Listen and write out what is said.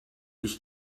ich